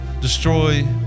destroy